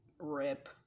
rip